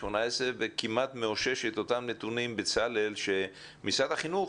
וכמעט מאושש את אותם נתונים בצלאל שמשרד החינוך,